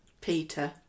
Peter